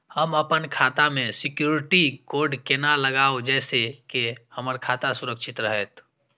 हम अपन खाता में सिक्युरिटी कोड केना लगाव जैसे के हमर खाता सुरक्षित रहैत?